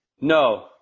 No